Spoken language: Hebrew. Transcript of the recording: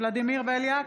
ולדימיר בליאק,